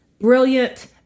Brilliant